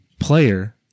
player